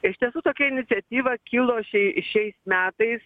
iš tiesų tokia iniciatyva kilo šiai šiais metais